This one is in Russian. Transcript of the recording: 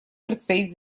предстоит